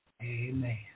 Amen